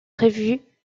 prévue